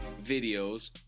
videos